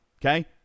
Okay